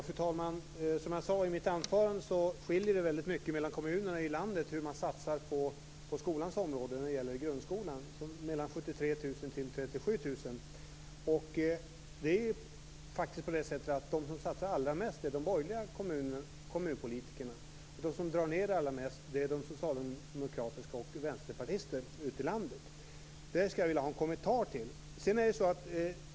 Fru talman! Det skiljer mycket mellan kommunerna i landet hur de satsar på grundskolans område. Det är mellan 73 000 och 37 000 kr. De som satsar mest är de borgerliga kommunpolitikerna, och de som drar ned allra mest är socialdemokrater och vänsterpartister ute i landet. Det vill jag ha kommenterat.